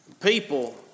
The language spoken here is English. people